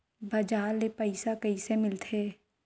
बजार ले पईसा कइसे मिलथे?